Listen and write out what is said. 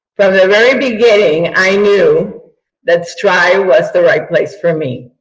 from the very beginning i knew that stri was the right place for me.